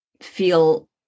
feel